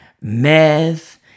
meth